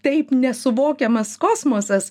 taip nesuvokiamas kosmosas